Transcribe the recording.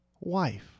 wife